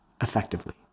effectively